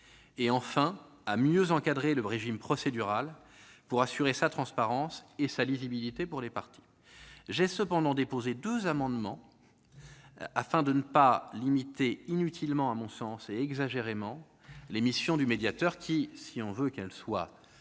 et, enfin, à mieux encadrer le régime procédural pour assurer sa transparence et sa lisibilité pour les parties. J'ai toutefois déposé deux amendements, afin de ne pas limiter inutilement- à mon sens -et exagérément les missions du médiateur, ce qui ne me semble